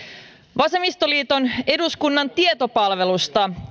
vasemmistoliiton tilaama laskema eduskunnan tietopalvelusta